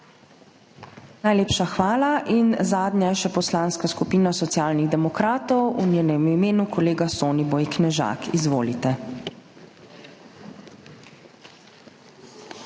Najlepša hvala. In še zadnja je Poslanska skupina Socialnih demokratov, v njenem imenu kolega Soniboj Knežak, izvolite.